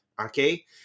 okay